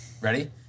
Ready